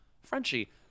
Frenchie